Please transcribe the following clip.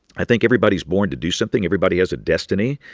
i think everybody's born to do something. everybody has a destiny.